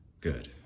good